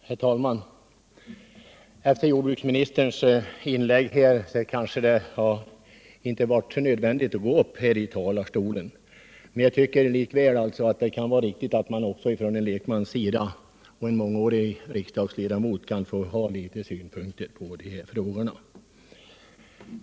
Herr talman! Efter jordbruksministerns inlägg hade det kanske inte varit nödvändigt för mig att gå upp i talarstolen. Men jag tycker att också en lekman och mångårig riksdagsledamot kan få anlägga några synpunkter på dessa frågor.